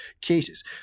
cases